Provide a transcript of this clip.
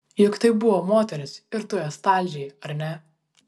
juk tai buvo moterys ir tu jas talžei ar ne